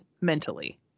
mentally